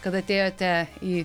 kad atėjote į